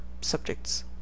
subjects